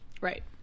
Right